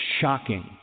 shocking